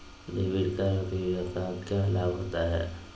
Debit card और credit card क्या लाभ होता है?